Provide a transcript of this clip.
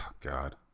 God